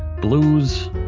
blues